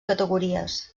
categories